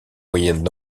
moyen